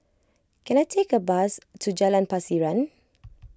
can I take a bus to Jalan Pasiran